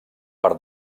per